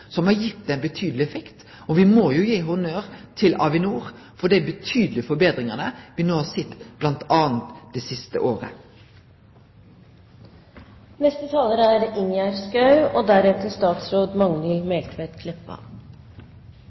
som har gitt ein betydeleg effekt. Me må gi honnør til Avinor for dei betydelege forbetringane me no har sett, bl.a. det siste året. Denne debatten understreker med all tydelighet at det samlede storting er